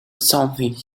something